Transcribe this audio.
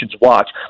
watch